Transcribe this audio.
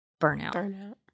burnout